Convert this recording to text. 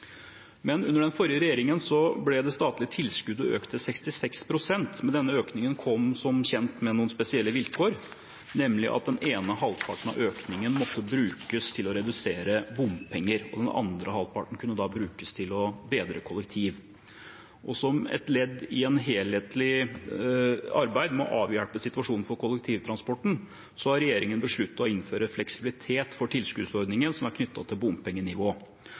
Under den forrige regjeringen ble imidlertid det statlige tilskuddet økt til 66 pst., men denne økningen kom som kjent med noen spesielle vilkår, nemlig at den ene halvparten av økningen måtte brukes til å redusere bompenger og den andre halvparten kunne brukes til å bedre kollektiv. Som et ledd i et helhetlig arbeid med å avhjelpe situasjonen for kollektivtransporten, har regjeringen besluttet å innføre en fleksibilitet for tilskuddsordningen som er knyttet til bompengenivå.